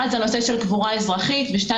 ראשית,